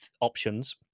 options